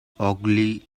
ogilvy